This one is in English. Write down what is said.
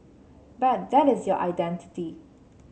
but that is your identity